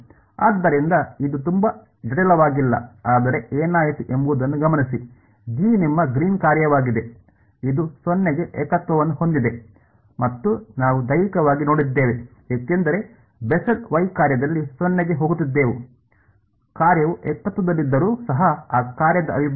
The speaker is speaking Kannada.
ಆದ್ದರಿಂದ ಇದು ತುಂಬಾ ಜಟಿಲವಾಗಿಲ್ಲ ಆದರೆ ಏನಾಯಿತು ಎಂಬುದನ್ನು ಗಮನಿಸಿ ಜಿ ನಿಮ್ಮ ಗ್ರೀನ್ ಕಾರ್ಯವಾಗಿದೆ ಇದು 0 ಕ್ಕೆ ಏಕತ್ವವನ್ನು ಹೊಂದಿದೆ ಎಂದು ನಾವು ದೈಹಿಕವಾಗಿ ನೋಡಿದ್ದೇವೆ ಏಕೆಂದರೆ ಬೆಸೆಲ್ ವೈ ಕಾರ್ಯದಲ್ಲಿ 0 ಕ್ಕೆ ಹೋಗುತ್ತಿದ್ದೆವು ಕಾರ್ಯವು ಏಕತ್ವದಲ್ಲಿದ್ದರೂ ಸಹ ಆ ಕಾರ್ಯದ ಅವಿಭಾಜ್ಯ